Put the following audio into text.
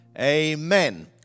Amen